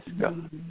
God